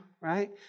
right